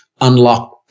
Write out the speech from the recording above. unlock